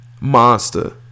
Monster